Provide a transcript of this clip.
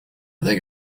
think